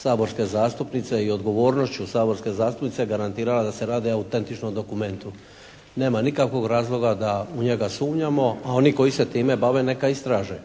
saborske zastupnice i odgovornošću saborske zastupnice garantirala da se radi o autentičnom dokumentu. Nema nikakvog razloga da u njega sumnjamo. A oni koji se time bave neka istraže.